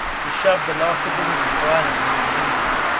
he shoved the last of the women violently at the incline.